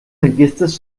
enquestes